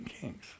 Kings